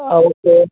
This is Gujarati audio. હા ઓકે